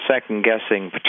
second-guessing